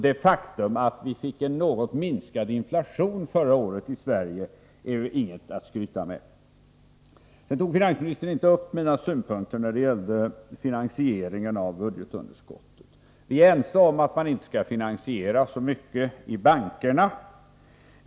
Det faktum att vi i Sverige förra året fick en något mindre inflation är inget att skryta med. Finansministern tog inte upp mina synpunkter på finansieringen av budgetunderskottet. Vi är ense om att man inte skall finansiera så mycket i bankerna.